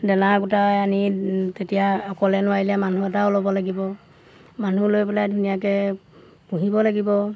দানা গোটাই আনি তেতিয়া অকলে নোৱাৰিলে মানুহ এটাও ল'ব লাগিব মানুহ লৈ পেলাই ধুনীয়াকৈ পুহিব লাগিব